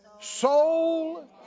soul